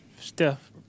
Steph